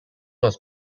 was